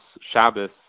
Shabbos